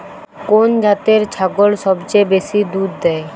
কোন জাতের ছাগল সবচেয়ে বেশি দুধ দেয়?